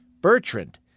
Bertrand